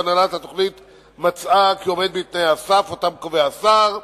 והנהלת התוכנית מצאה כי הוא עומד בתנאי הסף שקובע השר,